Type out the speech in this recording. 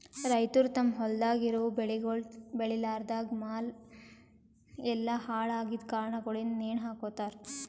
ರೈತುರ್ ತಮ್ ಹೊಲ್ದಾಗ್ ಇರವು ಬೆಳಿಗೊಳ್ ಬೇಳಿಲಾರ್ದಾಗ್ ಮಾಲ್ ಎಲ್ಲಾ ಹಾಳ ಆಗಿದ್ ಕಾರಣಗೊಳಿಂದ್ ನೇಣ ಹಕೋತಾರ್